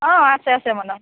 অঁ আছে আছে মনত